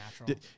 natural